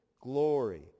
glory